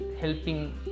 helping